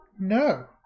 no